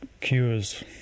cures